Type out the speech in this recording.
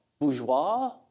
bourgeois